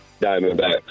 Diamondbacks